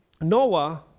Noah